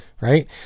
right